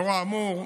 לאור האמור,